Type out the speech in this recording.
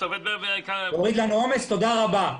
תודה רבה.